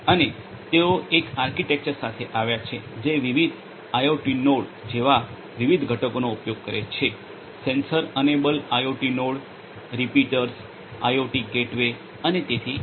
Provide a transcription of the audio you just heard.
અને તેઓ એક આર્કિટેક્ચર સાથે આવ્યા છે જે વિવિધ આઇઓટી નોડ જેવા વિવિધ ઘટકોનો ઉપયોગ કરે છે sensor enabled IoT node repeaters IoT gateway અને તેથી વધુ